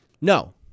No